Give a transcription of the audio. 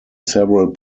several